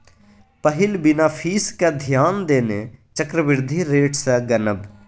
पहिल बिना फीस केँ ध्यान देने चक्रबृद्धि रेट सँ गनब